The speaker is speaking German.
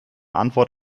antwort